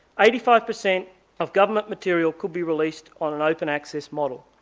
eighty-five per cent of government material could be released on an open access model.